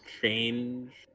change